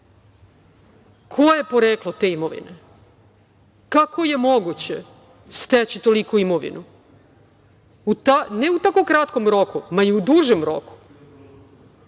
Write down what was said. koje je poreklo te imovine. Kako je moguće steći toliku imovinu, ne u tako kratkom roku, ma i u dužem roku?